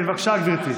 בבקשה, גברתי.